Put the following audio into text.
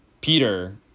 Peter